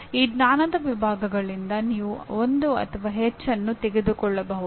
ಈ 8 ಜ್ಞಾನದ ವಿಭಾಗಗಳಿಂದ ನೀವು ಒಂದು ಅಥವಾ ಹೆಚ್ಚನ್ನು ತೆಗೆದುಕೊಳ್ಳಬಹುದು